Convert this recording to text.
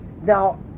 Now